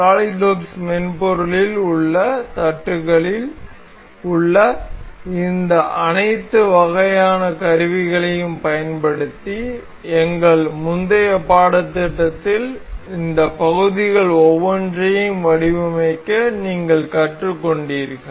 SolidWorks மென்பொருளில் உள்ள தட்டுகளில் உள்ள இந்த அனைத்து வகையான கருவிகளையும் பயன்படுத்தி எங்கள் முந்தைய பாடத்திட்டத்தில் இந்த பகுதிகள் ஒவ்வொன்றையும் வடிவமைக்க நீங்கள் கற்றுக்கொண்டீர்கள்